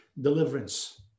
deliverance